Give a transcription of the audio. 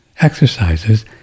Exercises